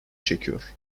çekiyor